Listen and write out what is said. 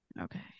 okay